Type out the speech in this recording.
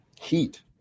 heat